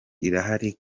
irahari